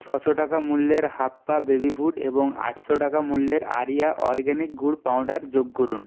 ছশো টাকা মূল্যের হাপ্পা বেবি ফুড এবং আটশো টাকা মূল্যের আরিয়া অরগ্যানিক গুড় পাউডার যোগ করুন